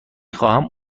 خواهم